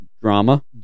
drama